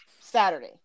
Saturday